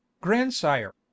grandsire